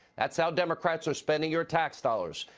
that is how democrats are spending your tax dollars.